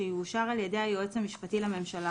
שיאושר על-ידי היועץ המשפטי לממשלה